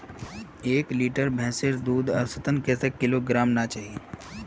एक लीटर भैंसेर दूध औसतन कतेक किलोग्होराम ना चही?